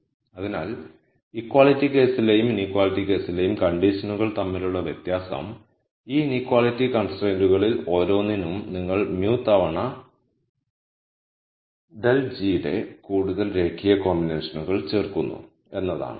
അതിനാൽ ഇക്വാളിറ്റി കേസിലെയും ഇനീക്വാളിറ്റി കേസിലെയും കണ്ടിഷനുകൾ തമ്മിലുള്ള വ്യത്യാസം ഈ ഇനീക്വളിറ്റി കൺസ്ട്രെന്റുകളിൽ ഓരോന്നിനും നിങ്ങൾ μ തവണ δ g ന്റെ കൂടുതൽ രേഖീയ കോമ്പിനേഷനുകൾ ചേർക്കുന്നു എന്നതാണ്